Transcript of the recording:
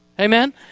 Amen